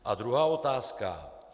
A druhá otázka.